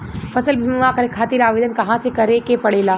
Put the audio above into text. फसल बीमा करे खातिर आवेदन कहाँसे करे के पड़ेला?